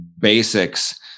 basics